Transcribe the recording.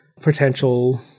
potential